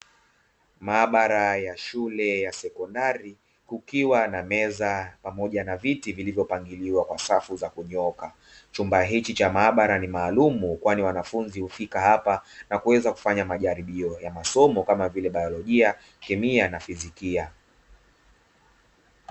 Maabara ya shule ya sekondari kukiwa na meza pamoja na viti vilivyopangiliwa kwa safu za kunyooka. Chumba hichi cha maabara ni maalumu, kwani wanafunzi hufika hapa na kuweza kufanya majaribio ya masomo kama vile baiolojia, kemia na fizikia.